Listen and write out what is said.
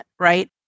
right